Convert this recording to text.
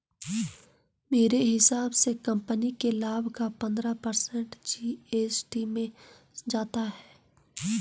मेरे हिसाब से कंपनी के लाभ का पंद्रह पर्सेंट जी.एस.टी में जाता है